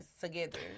together